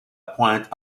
pointe